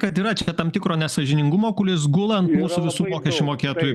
kad yra čia tam tikro nesąžiningumo kuris gula ant mūsų visų mokesčių mokėtojų